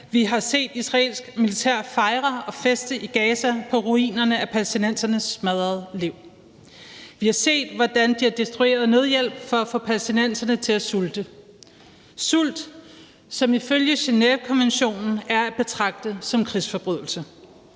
vi har set israelsk militær fejre og feste i Gaza på ruinerne af palæstinensernes smadrede liv. Vi har set, hvordan de har destrueret nødhjælp for at få palæstinenserne til at sulte – sult, som ifølge Genèvekonventionen er at betragte som en krigsforbrydelse.